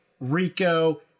Rico